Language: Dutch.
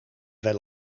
wel